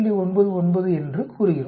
99 என்று கூறுகிறோம்